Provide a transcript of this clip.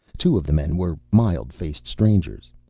two of the men were mild-faced strangers.